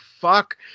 fuck